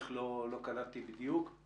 שהוא בתי האבות ובעיקר בתי האבות